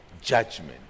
judgment